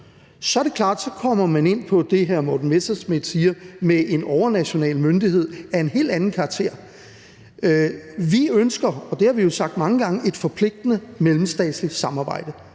af en domstol, så kommer man ind på det, hr. Morten Messerschmidt siger, med en overnational myndighed af en helt anden karakter. Vi ønsker, og det har vi jo sagt mange gange, et forpligtende mellemstatsligt samarbejde.